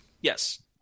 Yes